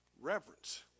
reverence